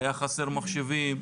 היה חסר מחשבים.